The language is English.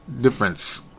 difference